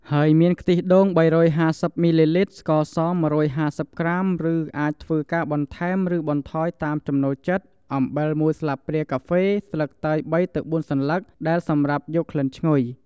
ហើយមានខ្ទិះដូង ៣៥០ មីលីលីត្រ, ស្ករស ១៥០ ក្រាម ឬ អាចធ្វើការបន្ថែមឬបន្ថយតាមចំណូលចិត្ត, អំបិល ១ ស្លាបព្រាកាហ្វេ, ស្លឹកតើយ ៣ ទៅ ៤ សន្លឹក ដែលសម្រាប់យកក្លិនឈ្ងុយ។